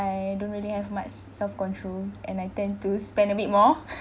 I don't really have much self-control and I tend to spend a bit more